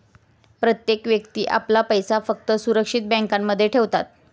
प्रत्येक व्यक्ती आपला पैसा फक्त सुरक्षित बँकांमध्ये ठेवतात